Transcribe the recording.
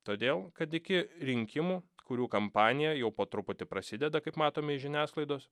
todėl kad iki rinkimų kurių kampanija jau po truputį prasideda kaip matomi žiniasklaidos